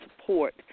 support